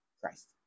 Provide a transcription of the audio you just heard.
Christ